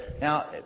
Now